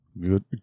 Good